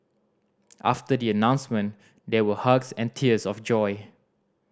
after the announcement there were hugs and tears of joy